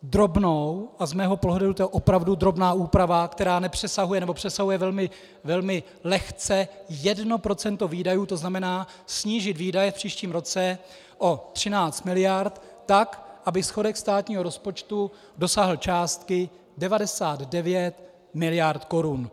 Drobnou úpravu, a z mého pohledu to je opravdu drobná úprava, která nepřesahuje, nebo přesahuje velmi lehce 1 % výdajů, to znamená snížit výdaje v příštím roce o 13 mld. tak, aby schodek státního rozpočtu dosáhl částky 99 mld. Kč.